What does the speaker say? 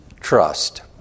trust